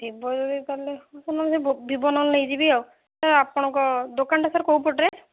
Vivo ଯଦି ତାହେଲେ ମୁଁ ସାର୍ ନହେଲେ ଭିବୋ ନହେଲେ ନେଇଯିବି ଆଉ ସାର୍ ଆପଣଙ୍କ ଦୋକାନଟା ସାର୍ କୋଉ ପଟରେ